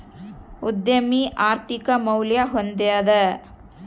ಉದ್ಯಮಿ ಆರ್ಥಿಕ ಮೌಲ್ಯ ಹೊಂದಿದ